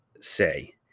say